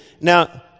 Now